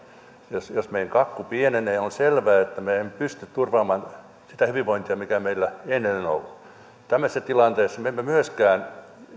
jos jos meidän kakkumme pienenee on selvää että me emme pysty turvaamaan sitä hyvinvointia mikä meillä ennen on ollut tämmöisessä tilanteessa me emme myöskään